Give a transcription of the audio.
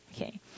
Okay